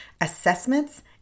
assessments